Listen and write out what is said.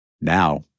Now